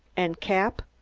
and, cap,